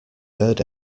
verde